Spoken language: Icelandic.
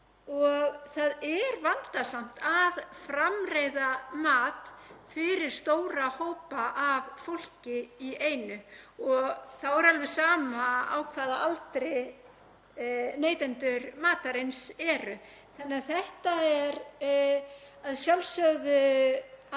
Það er vandasamt að framreiða mat fyrir stóra hópa af fólki í einu og þá er alveg sama á hvaða aldri neytendur matarins eru. Þetta er að sjálfsögðu